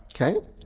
Okay